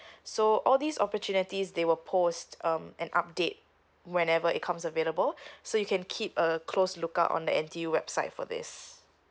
so all these opportunities they will post um an update whenever it comes available so you can keep a close look up on the N_T_U website for this